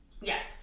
Yes